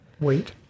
wait